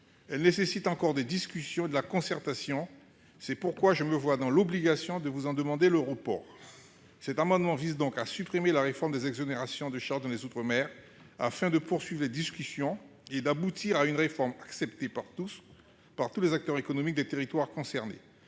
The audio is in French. elle nécessite encore des discussions et de la concertation. C'est pourquoi je me vois dans l'obligation de vous en demander le report. Cet amendement vise donc à supprimer la réforme des exonérations de charges dans les outre-mer afin de poursuivre les discussions et d'aboutir à un texte accepté par tous les acteurs économiques des territoires concernés,